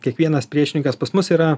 kiekvienas priešininkas pas mus yra